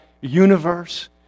universe